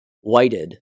Whited